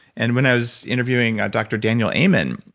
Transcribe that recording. and when i was interviewing dr. daniel amen,